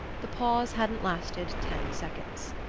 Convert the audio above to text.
the pause hadn't lasted ten seconds.